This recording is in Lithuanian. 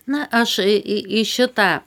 na aš į į šitą